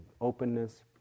openness